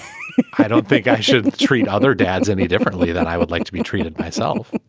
i don't think i should treat other dads any differently than i would like to be treated myself